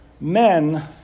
Men